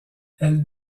elle